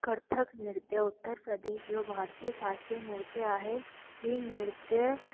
कथक नृत्य उत्तर प्रदेश जो भारतीय शास्त्रीय नृत्य आहे ही नृत्य